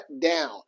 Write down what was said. down